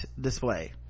display